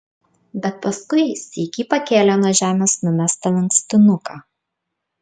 bet paskui sykį pakėlė nuo žemės numestą lankstinuką